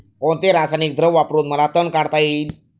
कोणते रासायनिक द्रव वापरून मला तण काढता येईल?